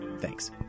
thanks